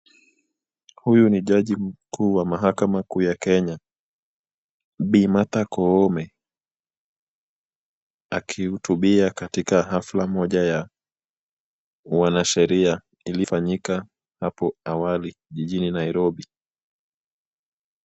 Huyu ni jaji mkuu wa mahakama kuu ya Kenya, Bi. Martha Koome, akihutubia katika hafla moja ya uanasheria ilifanyika hapo awali jijini Nairobi.